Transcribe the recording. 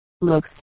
looks